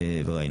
בפריפריה.